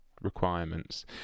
requirements